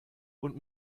und